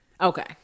Okay